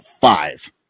five